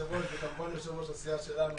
היושב-ראש, וכמובן ליושב-ראש הסיעה שלנו,